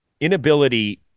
inability